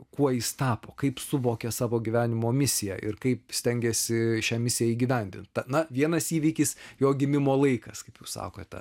kuo jis tapo kaip suvokė savo gyvenimo misiją ir kaip stengiasi šią misiją įgyvendint na vienas įvykis jo gimimo laikas kaip jūs sakote